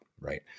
right